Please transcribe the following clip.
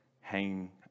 hanging